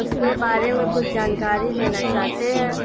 اس کے بارے میں کچھ جانکاری لینا چاہتے ہیں